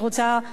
ברשותך,